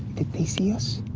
they see us?